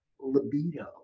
libido